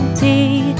tea